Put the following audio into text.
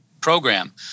program